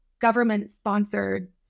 government-sponsored